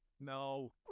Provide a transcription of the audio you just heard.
No